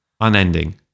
Unending